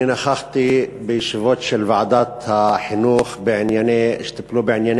אני נכחתי בישיבות של ועדת החינוך שטיפלו בענייני